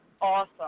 awesome